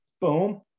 boom